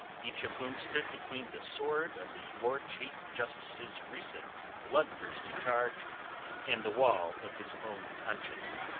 each of whom stood between the sword of the lord chief justice's recent bloodthirsty charge and the wall of his own conscience.